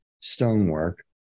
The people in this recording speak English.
stonework